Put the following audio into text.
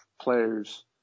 players